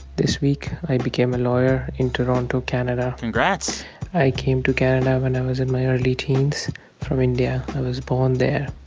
this week, i became a lawyer in toronto, canada congrats i came to canada when i was in my early teens from india. i was born there.